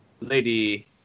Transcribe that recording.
lady